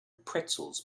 pretzels